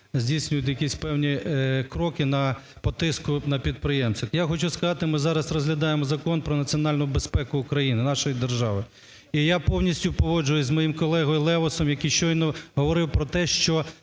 якісь певні кроки на… по тиску на підприємців. Я хочу сказати, ми зараз розглядаємо Закон "Про національну безпеку України", нашої держави. І я повністю погоджуюсь з моїм колегою Левусом, який щойно говорив про те, що